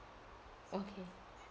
okay